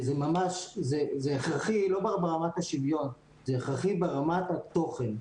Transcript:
זה הכרחי לא ברמת השוויון אלא ברמת התוכן.